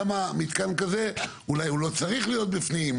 למה מתקן כזה אולי הוא לא צריך להיות בפנים,